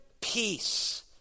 peace